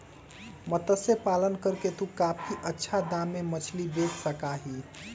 मत्स्य पालन करके तू काफी अच्छा दाम में मछली बेच सका ही